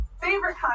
favorite